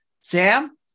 Sam